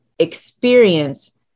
experience